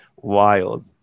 Wild